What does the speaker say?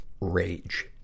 Rage